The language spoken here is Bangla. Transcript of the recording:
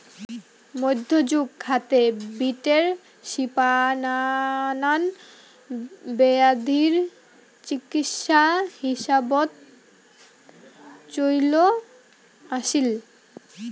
মইধ্যযুগ হাতে, বিটের শিপা নানান বেয়াধির চিকিৎসা হিসাবত চইল আছিল